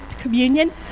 communion